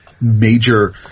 major